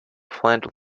fled